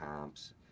comps